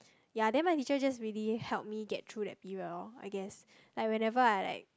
ya then my teacher just really helped me get through that period lor I guess like whenever I like